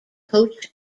coach